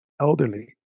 elderly